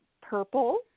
purple